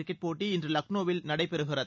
cricket போட்டி இன்று லக்னோவில் நடைபெறுகிறது